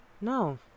No